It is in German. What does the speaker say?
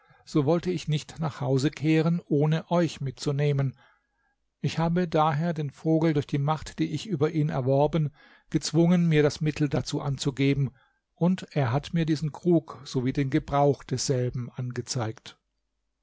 so wollte ich nicht nach hause kehren ohne euch mitzunehmen ich habe daher den vogel durch die macht die ich über ihn erworben gezwungen mir das mittel dazu anzugeben und er hat mir diesen krug sowie den gebrauch desselben angezeigt